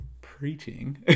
preaching